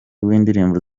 w’indirimbo